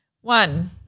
One